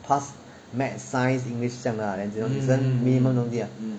pass maths science english 这样 lah then 只是 minimum 的东西 lah